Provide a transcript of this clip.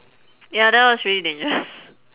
ya that was really dangerous